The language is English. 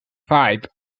five